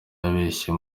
yabeshye